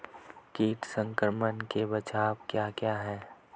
कीट संक्रमण के बचाव क्या क्या हैं?